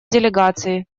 делегации